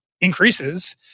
increases